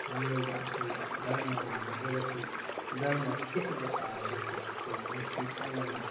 ꯃꯤꯑꯣꯏꯕ ꯑꯩꯈꯣꯏ ꯙꯔꯃ ꯃꯥꯟꯅꯗ꯭ꯔꯒꯁꯨ ꯙꯔꯃ ꯈꯦꯅꯕ ꯇꯥꯔꯒꯁꯨ ꯑꯩꯈꯣꯏ ꯅꯨꯡꯁꯤ ꯆꯥꯟꯅꯅ